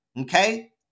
okay